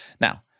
Now